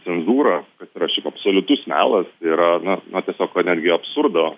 cenzūra kas yra šiaip absoliutus melas tai yra na na tiesiog netgi absurdo